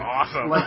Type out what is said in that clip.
awesome